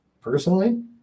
personally